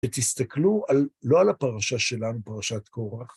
שתסתכלו לא על הפרשה שלנו, פרשת כורח,